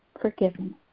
forgiven